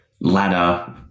ladder